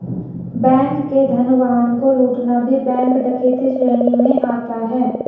bank के धन वाहन को लूटना भी बैंक डकैती श्रेणी में आता है